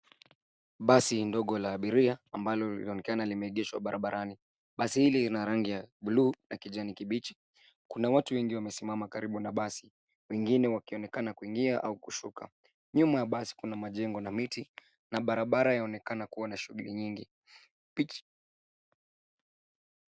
Basi ndogo la abiria ambalo linaonekana limeegeshwa barabarani. Basi hili lina rangi ya buluu na kijani kibichi. Kuna watu wengi wamesimama karibu na basi wengine wakionekana kuingia na kushuka. Nyuma ya basi kuna majengo na miti na barabara yaonekana kuwa na shughuli nyingi.